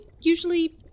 usually